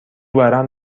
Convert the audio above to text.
ورم